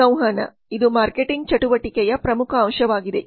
ಸಂವಹನ ಇದು ಮಾರ್ಕೆಟಿಂಗ್ ಚಟುವಟಿಕೆಯ ಪ್ರಮುಖ ಅಂಶವಾಗಿದೆ